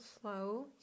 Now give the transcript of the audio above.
slow